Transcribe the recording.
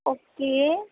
okay